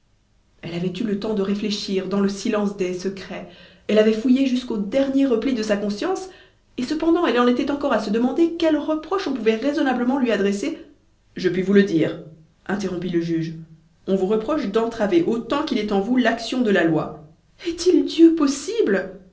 elle avait eu le temps de réfléchir dans le silence des secrets elle avait fouillé jusqu'aux derniers replis de sa conscience et cependant elle en était encore à se demander quels reproches on pouvait raisonnablement lui adresser je puis vous le dire interrompit le juge on vous reproche d'entraver autant qu'il est en vous l'action de la loi est-il dieu possible